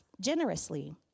generously